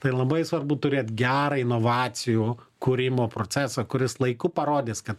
tai labai svarbu turėt gerą inovacijų kūrimo procesą kuris laiku parodys kad